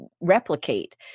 replicate